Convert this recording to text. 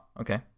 okay